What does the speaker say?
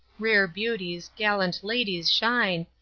rare beauties, gallant ladies shine,